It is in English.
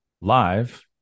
live